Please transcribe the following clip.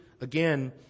again